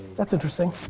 that's interesting.